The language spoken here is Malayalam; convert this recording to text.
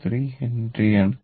3 ഹെൻറി ആണ്